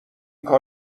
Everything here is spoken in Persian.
کار